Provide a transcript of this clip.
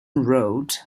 wrote